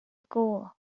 school